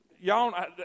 y'all